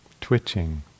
twitching